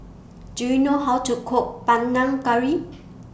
Do YOU know How to Cook Panang Curry